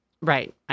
Right